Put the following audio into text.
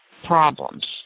problems